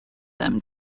them